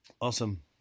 awesome